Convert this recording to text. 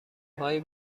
هایی